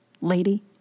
lady